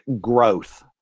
growth